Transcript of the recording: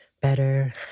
better